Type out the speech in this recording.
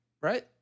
right